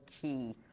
key